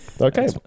Okay